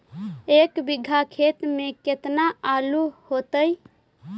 एक बिघा खेत में केतना आलू होतई?